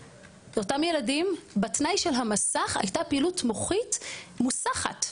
זה אותם ילדים בתנאי של המסך הייתה פעילות מוחית מוסחת.